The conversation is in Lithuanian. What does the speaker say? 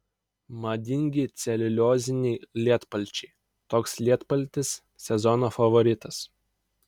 madingi celiulioziniai lietpalčiai toks lietpaltis sezono favoritas